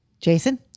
Jason